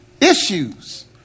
issues